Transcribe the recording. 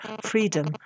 freedom